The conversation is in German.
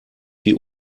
die